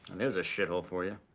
there's a shithole for you.